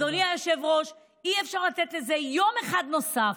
אדוני היושב-ראש, אי-אפשר לתת לזה יום אחד נוסף.